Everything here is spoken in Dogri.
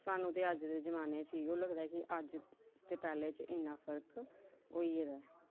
सानूं ते अज्ज दे जमान्ने च इ'यै लगदा कि अज्ज ते पैह्लें च इन्ना फर्क होई गेदा ऐ